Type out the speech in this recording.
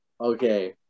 Okay